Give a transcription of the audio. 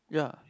ya